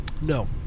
no